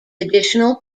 additional